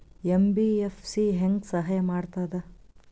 MBFC ಹೆಂಗ್ ಸಹಾಯ ಮಾಡ್ತದ?